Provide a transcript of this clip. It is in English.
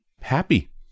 happy